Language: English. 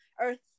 Earth